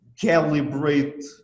calibrate